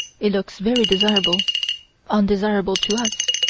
it looks very desirable undesirable to us.